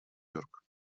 йорк